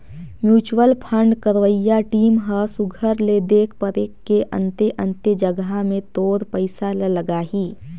mutual fund करवइया team ह सुग्घर ले देख परेख के अन्ते अन्ते जगहा में तोर पइसा ल लगाहीं